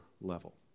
level